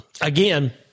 Again